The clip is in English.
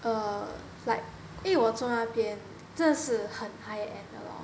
err like 因为我做在那边真的是很 high end 的 lor